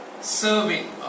serving